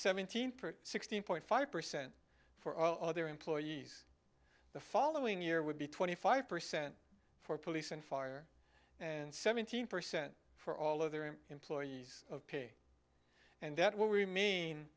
seventeen sixteen point five percent for all other employees the following year would be twenty five percent for police and fire and seventeen percent for all other employees of pay and that will remain